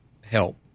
help